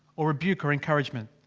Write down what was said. or rebuke or encouragement.